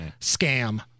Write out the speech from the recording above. scam